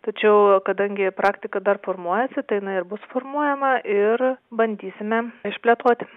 tačiau kadangi praktika dar formuojasi tai jinai ir bus formuojama ir bandysime išplėtoti